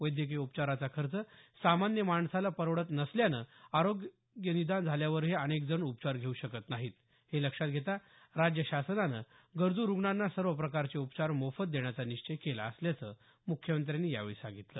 वैद्यकीय उपचाराचा खर्च सामान्य माणसाला परवडत नसल्यामुळे रोगनिदान झाल्यावरही अनेक जण उपचार घेऊ शकत नाहीत हे लक्षात घेता राज्य शासनानं गरजू रुग्णांना सर्व प्रकारचे उपचार मोफत देण्याचा निश्चिय केला असल्याचं मुख्यमंत्र्यांनी यावेळी सांगितलं